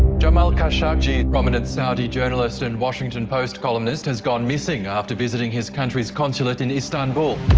jamal khashoggi, and prominent saudi journalist and washington post columnist has gone missing after visiting his country's consulate in istanbul.